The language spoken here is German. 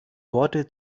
worte